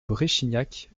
bréchignac